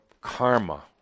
karma